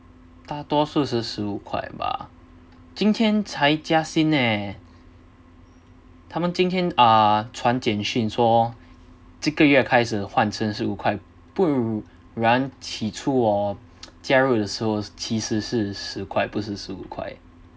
大多数是十五块吧今天才加薪呃他们今天啊传简讯说这个月开始换成十五块不然起初哦加入的时候其实是十块不是十五块